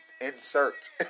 insert